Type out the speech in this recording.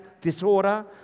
disorder